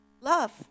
Love